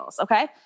okay